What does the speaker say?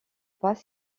pas